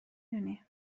دونی